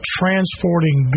transporting